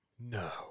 No